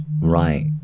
right